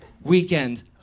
weekend